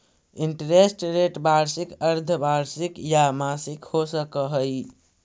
interest rate वार्षिक, अर्द्धवार्षिक या मासिक हो सकऽ हई